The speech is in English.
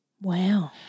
Wow